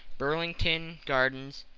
burlington gardens,